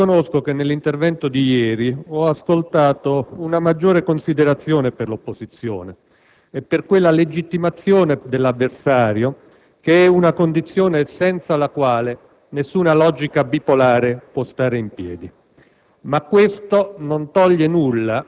un riconoscimento: le riconosco che nell'intervento di ieri ho ascoltato una maggiore considerazione per l'opposizione e per quella legittimazione dell'avversario che è condizione senza la quale nessuna logica bipolare può stare in piedi.